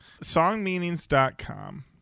Songmeanings.com